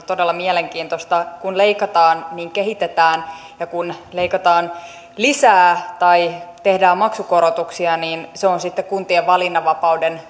todella mielenkiintoista kun leikataan niin kehitetään ja kun leikataan lisää tai tehdään maksukorotuksia niin se on sitten kuntien valinnanvapauden